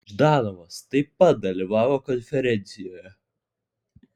ždanovas taip pat dalyvavo konferencijoje